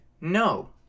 No